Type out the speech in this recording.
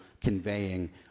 conveying